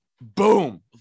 boom